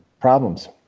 Problems